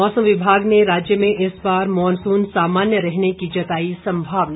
मौसम विभाग ने राज्य में इस बार मॉनसून सामान्य रहने की जताई संभावना